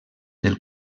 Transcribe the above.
del